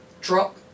drop